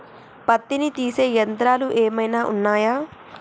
పత్తిని తీసే యంత్రాలు ఏమైనా ఉన్నయా?